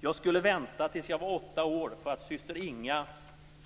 Jag skulle vänta till jag var åtta år för att systern Inga